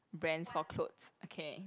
brands for clothes okay